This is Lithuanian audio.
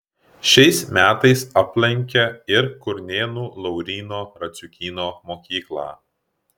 šiais metais aplankė ir kurnėnų lauryno radziukyno mokyklą